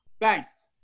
Thanks